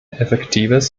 effektives